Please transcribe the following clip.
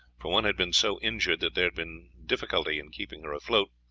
for one had been so injured that there had been difficulty in keeping her afloat,